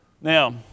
Now